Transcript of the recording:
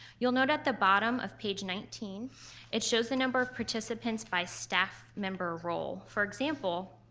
you'll note at the bottom of page nineteen it shows the number of participants by staff member role. for example,